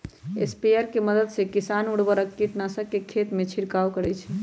sprayer के मदद से किसान उर्वरक, कीटनाशक के खेतमें छिड़काव करई छई